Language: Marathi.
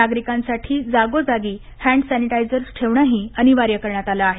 नागरिकांसाठी जागोजागी हँड सनिटायजर ठेवणही अनिवार्य करण्यात आलं आहे